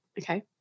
Okay